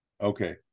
Okay